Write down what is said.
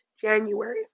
January